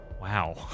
Wow